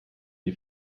die